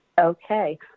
Okay